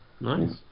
Nice